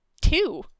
two